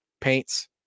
paints